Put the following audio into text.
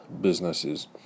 businesses